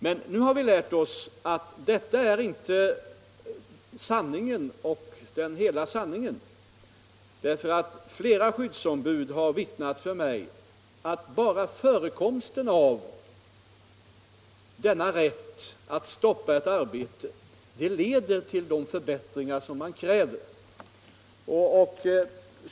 Men nu har vi lärt oss att detta inte är hela sanningen, därför att flera skyddsombud har omvittnat för mig att bara förekomsten av denna rätt att stoppa ett arbete leder till de förbättringar som man kräver.